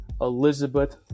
Elizabeth